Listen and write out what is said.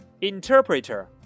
Interpreter